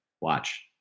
Watch